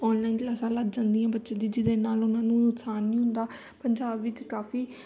online ਕਲਾਸਾਂ ਲੱਗ ਜਾਂਦੀਆਂ ਬੱਚੇ ਦੀ ਜਿਹਦੇ ਨਾਲ ਉਹਨਾਂ ਨੂੰ ਨੁਕਸਾਨ ਨਹੀਂ ਹੁੰਦਾ ਪੰਜਾਬ ਵਿੱਚ ਕਾਫੀ